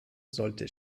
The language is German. sollte